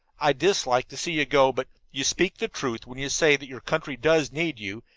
i dislike to see you go, but you speak the truth when you say that your country does need you,